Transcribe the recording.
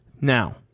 Now